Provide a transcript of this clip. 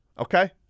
Okay